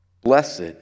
Blessed